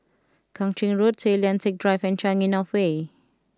Kang Ching Road Tay Lian Teck Drive and Changi North Way